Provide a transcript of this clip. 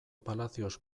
palacios